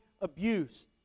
abuse